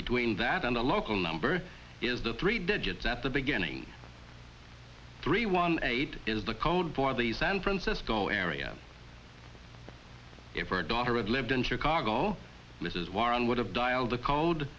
between that and the local number is the three digits at the beginning three one eight is the code for the san francisco area if her daughter of lived in chicago mrs warren would have dialed the code